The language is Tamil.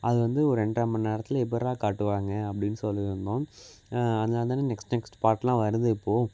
அது வந்து ஒரு ரெண்டர மணி நேரத்தில் எப்பட்றா காட்டுவாங்க அப்படின்னு சொல்லியிருந்தோம் அதனால் தான் நெக்ஸ்ட் நெக்ஸ்ட் பார்ட்லாம் வருது இப்போது